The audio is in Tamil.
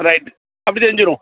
ரைட்டு அப்படி செஞ்சிடுவோம்